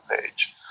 page